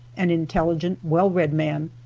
an intelligent, well-read man,